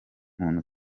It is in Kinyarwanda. muntu